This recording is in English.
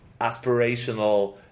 aspirational